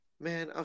Man